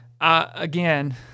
Again